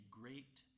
great